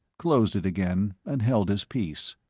closed it again, and held his peace.